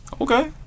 okay